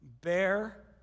bear